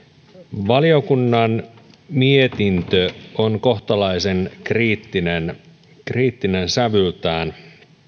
valiokunnan mietintö on kohtalaisen kriittinen kriittinen sävyltään